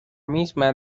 misma